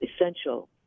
essential